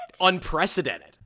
Unprecedented